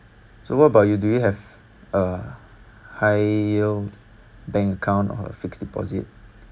so what about you do you have a high yield bank account or a fixed deposit